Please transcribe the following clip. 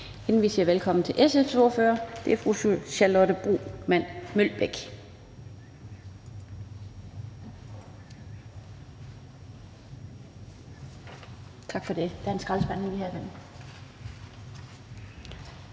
inden vi siger velkommen til SF's ordfører, og det er fru Charlotte Broman Mølbæk.